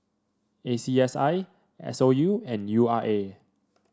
A C S I S O U and U R A